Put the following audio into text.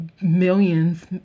Millions